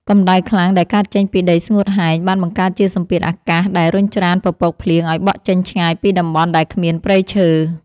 កម្ដៅខ្លាំងដែលកើតចេញពីដីស្ងួតហែង បានបង្កើតជាសម្ពាធអាកាសដែលរុញច្រានពពកភ្លៀងឱ្យបក់ចេញឆ្ងាយពីតំបន់ដែលគ្មានព្រៃឈើ។